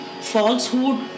falsehood